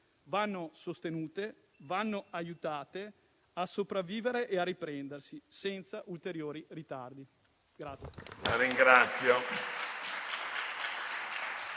Vanno sostenute, vanno aiutate a sopravvivere e a riprendersi senza ulteriori ritardi.